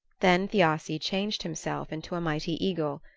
then thiassi changed himself into a mighty eagle,